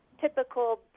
Typical